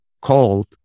called